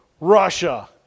Russia